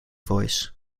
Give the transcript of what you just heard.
voice